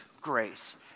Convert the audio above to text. grace